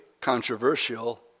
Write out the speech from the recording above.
controversial